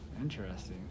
Interesting